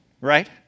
right